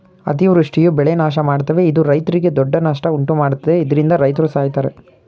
ಅತಿವೃಷ್ಟಿಯು ಬೆಳೆ ನಾಶಮಾಡ್ತವೆ ಇದು ರೈತ್ರಿಗೆ ದೊಡ್ಡ ನಷ್ಟ ಉಂಟುಮಾಡ್ತದೆ ಇದ್ರಿಂದ ರೈತ್ರು ಸಾಯ್ತರೆ